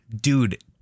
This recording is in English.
Dude